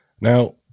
Now